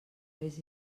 vés